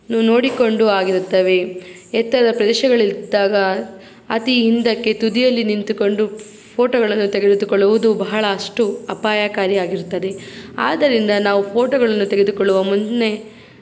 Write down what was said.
ನೋಡಿಕೊಂಡು ಆಗಿರುತ್ತವೆ ಎತ್ತರದ ಪ್ರದೇಶಗಳಿದ್ದಾಗ ಅತಿ ಹಿಂದಕ್ಕೆ ತುದಿಯಲ್ಲಿ ನಿಂತುಕೊಂಡು ಫೋಟೋಗಳನ್ನ ತೆಗೆದುಕೊಳ್ಳುವುದು ಬಹಳಷ್ಟು ಅಪಾಯಕಾರಿ ಆಗಿರುತ್ತದೆ ಆದ್ದರಿಂದ ಫೋಟೋಗಳನ್ನು ತೆಗೆದುಕೊಳ್ಳುವ ಮುನ್ನ